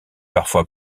parfois